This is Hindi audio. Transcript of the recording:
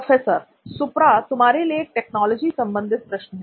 प्रोफेसर सुप्रा तुम्हारे लिए एक टेक्नोलॉजी संबंधित प्रश्न है